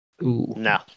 No